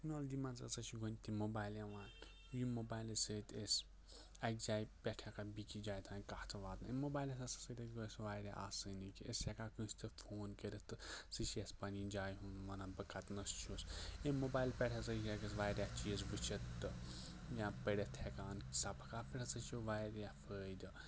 technology منز ہسا چھُ وٕنہِ تہِ موبایِل یِوان ییٚمہِ موبایلہٕ سۭتۍ أسۍ اَکہِ جایہِ پؠٹھ ہٮ۪کان بیٚکِس جایہِ تانۍ کَتھ واتنٲوِتھ موبایلَن ہسا دِژ اَسہِ واریاہ آسٲنی أسۍ چھ ہؠکان کٲنٛسہِ تہِ فون کٔرِتھ تہٕ سُہ چھُ اَسہِ پَننہِ جایہِ ہُنٛد وَنان بہٕ کَتنَس چھُس ییٚمہِ موبایلہٕ پؠٹھ ہسا ہؠکو أسۍ واریاہ چیٖز وٕچھِتھ یا پٔرِتھ ہؠکان سَبق اَتھ پؠٹھ ہسا چھُ واریاہ فٲیدٕ